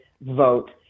vote